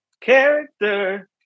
character